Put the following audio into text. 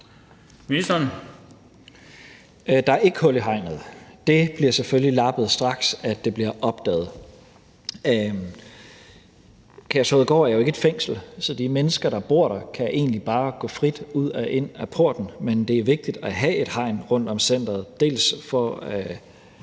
Tesfaye): Der er ikke hul i hegnet. Det blev selvfølgelig lappet, straks det blev opdaget. Kærshovedgård er jo ikke et fængsel, så de mennesker, der bor der, kan egentlig bare gå frit ud og ind ad porten. Men det er vigtigt at have et hegn rundt om centeret, dels for